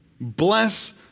bless